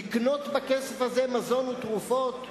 לקנות בכסף הזה מזון ותרופות,